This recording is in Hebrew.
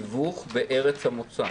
תיווך בארץ המוצא.